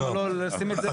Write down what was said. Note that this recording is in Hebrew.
למה לא לשים את זה בקהילה גם?